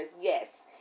yes